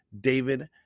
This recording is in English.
David